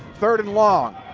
third and long.